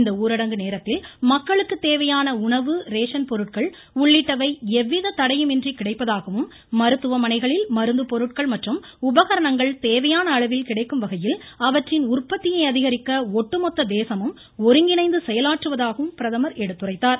இந்த ஊரடங்கு நேரத்தில் மக்களுக்கு தேவையான உணவு ரேசன் பொருட்கள் உள்ளிட்டவை எவ்வித தடையும் இன்றி கிடைப்பதாகவும் மருத்துவமனைகளில் மருந்து பொருட்கள் மற்றும் உபகரணங்கள் தேவையான அளவில் கிடைக்கும் வகையில் அவற்றின் உற்பத்தியை அதிகரிக்க ஒட்டுமொத்த தேசமும் ஒருங்கிணைந்து செயலாற்றுவதாக பிரதமர் எடுத்துரைத்தார்